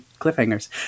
cliffhangers